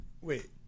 Wait